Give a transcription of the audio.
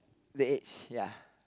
plaques